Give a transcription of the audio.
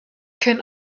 can